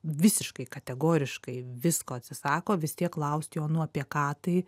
visiškai kategoriškai visko atsisako vis tiek klaust jo nu apie ką tai